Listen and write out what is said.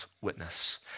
witness